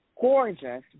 gorgeous